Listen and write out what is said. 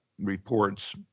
reports